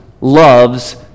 loves